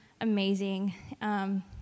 amazing